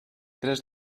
tres